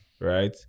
right